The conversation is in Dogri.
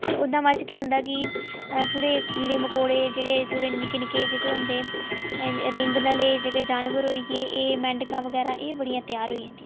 फिर ओह्दा हा बाद च केह् होंदा कि थोह्ड़े कीड़े मकोड़े जेह्ड़े थोह्ड़े निक्के निक्के जेह्के होंदे रेंगनां आह्ले जेह्के जानवर होईये एह् मैंडकां बगैरा एह् बड़ियां तेआर होई जंदियां